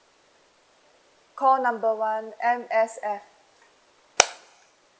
call number one M_S_F